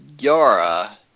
Yara